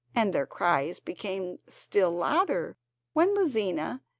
and their cries became still louder when lizina,